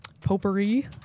potpourri